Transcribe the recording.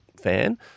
fan